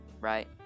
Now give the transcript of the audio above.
right